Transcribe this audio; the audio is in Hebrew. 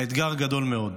האתגר גדול מאוד.